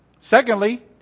Secondly